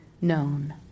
known